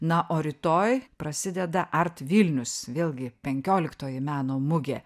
na o rytoj prasideda art vilnius vėlgi penkioliktoji meno mugė